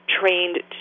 trained